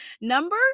Number